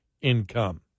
income